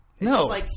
No